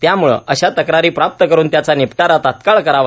त्यामुळं अशा तक्रारी प्राप्त करून त्याचा निपटारा तात्काळ करावा